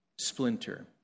splinter